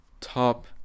top